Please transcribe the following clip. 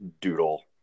doodle